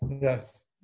yes